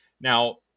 Now